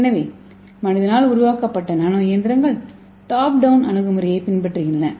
எனவே மனிதனால் உருவாக்கப்பட்ட நானோ இயந்திரங்கள் டாப் டவுன் அணுகுமுறையைப் பின்பற்றுகின்றன